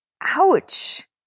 Ouch